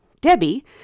Debbie